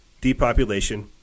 depopulation